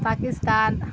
Pakistan